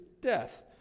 death